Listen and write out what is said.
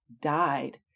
died